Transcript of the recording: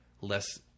less